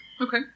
Okay